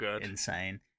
insane